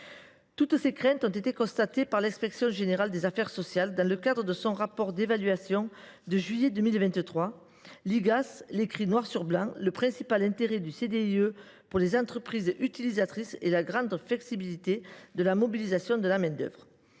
Toutes ces craintes ont été constatées par l’inspection générale des affaires sociales, dans son rapport d’évaluation de juillet 2023. L’Igas l’écrit noir sur blanc :« Le principal intérêt du CDIE pour les entreprises utilisatrices est la grande flexibilité de la mobilisation de la main d’œuvre.